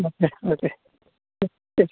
okay okay hmm ശരി